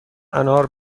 انار